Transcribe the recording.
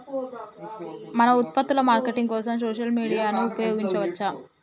మన ఉత్పత్తుల మార్కెటింగ్ కోసం సోషల్ మీడియాను ఉపయోగించవచ్చా?